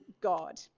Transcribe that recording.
God